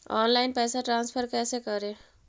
Online पैसा transfer कैसे करे?